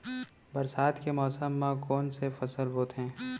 बरसात के मौसम मा कोन से फसल बोथे?